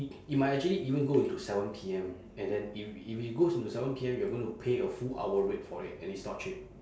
it it might actually even go into seven P_M and then if if it goes into seven P_M you're gonna pay a full hour rate for it and it's not cheap